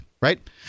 right